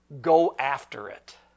go-after-it